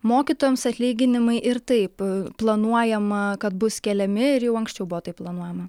mokytojams atlyginimai ir taip planuojama kad bus keliami ir jau anksčiau buvo tai planuojama